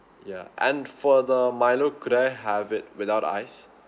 yeah and for the milo could I have it without ice